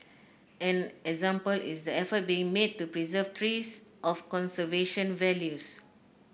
an example is the effort being made to preserve trees of conservation values